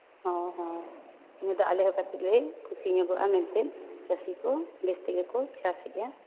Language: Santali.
ᱦᱚᱸ ᱦᱚᱸ ᱤᱱᱟᱹ ᱫᱚ ᱟᱞᱮ ᱦᱚᱸ ᱠᱟᱹᱴᱤᱡ ᱞᱮ ᱠᱩᱥᱤ ᱧᱚᱜᱚᱜᱼᱟ ᱢᱮᱱᱛᱮᱫ ᱪᱟᱹᱥᱤ ᱠᱚ ᱵᱮᱥ ᱛᱮᱜᱮ ᱠᱚ ᱪᱟᱥᱮᱫᱼᱟ